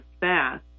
fast